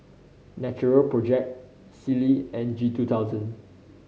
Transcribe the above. Natural Project Sealy and G two thousand